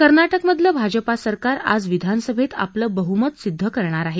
कर्नाटकमधलं भाजपा सरकार आज विधानसभेत आपलं बहुमत सिद्ध करणार आहे